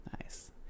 nice